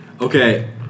Okay